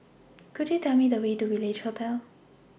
Could YOU Tell Me The Way to Village Hotel